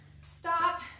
stop